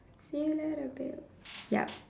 a ladder bitch yup